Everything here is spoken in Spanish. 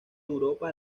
europa